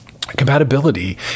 compatibility